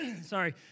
sorry